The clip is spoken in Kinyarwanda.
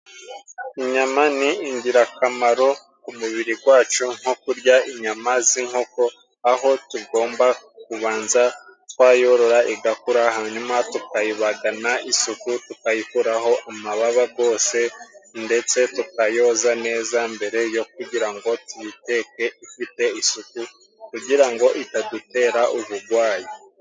Inyama ni ingirakamaro ku mubiri wacu nko kurya inyama z'inkoko, aho tugomba kubanza twayorora igakura hanyuma tukayibagana isuku, tukayikuraho amababa yose, ndetse tukayoza neza mbere yo kugira ngo tuyiteke ifite isuku kugira ngo itadutera uburwayi.